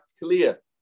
clear